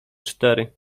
cztery